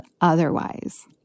otherwise